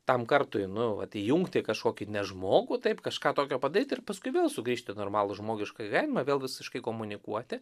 tam kartui nu vat įjungti kažkokį ne žmogų taip kažką tokio padaryt ir paskui vėl sugrįžt į normalų žmogišką gyvenimą vėl visiškai komunikuoti